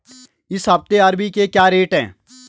इस हफ्ते अरबी के क्या रेट हैं?